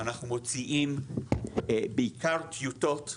אנחנו מוציאים בעיקר טיוטות,